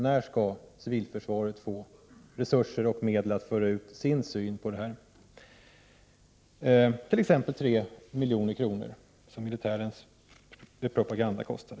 När skall civilförsvaret få medel och resurser att föra ut sin syn i detta sammanhang, t.ex. 3 milj.kr., som militärens propagandakampanj kostade?